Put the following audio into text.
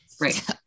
Right